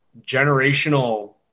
generational